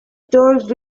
told